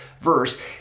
verse